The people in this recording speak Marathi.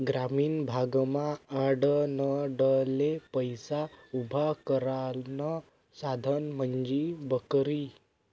ग्रामीण भागमा आडनडले पैसा उभा करानं साधन म्हंजी बकरी